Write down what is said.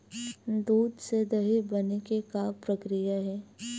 दूध से दही बने के का प्रक्रिया हे?